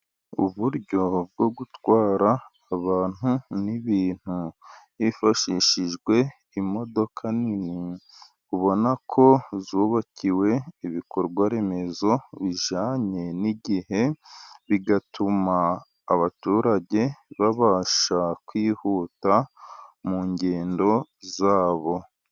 Uburyo bwo gutwara abantu n'ibintu hifashishijwe imodoka nini, ubona ko zubakiwe ibikorwaremezo bijyanye n'igihe, bigatuma abaturage babasha kwihuta mu ngendo zabo.